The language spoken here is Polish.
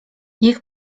niech